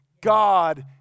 God